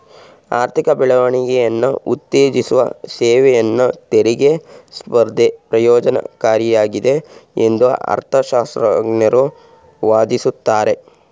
ಆರ್ಥಿಕ ಬೆಳವಣಿಗೆಯನ್ನ ಉತ್ತೇಜಿಸುವ ಸೇವೆಯನ್ನ ತೆರಿಗೆ ಸ್ಪರ್ಧೆ ಪ್ರಯೋಜ್ನಕಾರಿಯಾಗಿದೆ ಎಂದು ಅರ್ಥಶಾಸ್ತ್ರಜ್ಞರು ವಾದಿಸುತ್ತಾರೆ